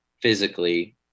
physically